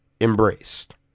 embraced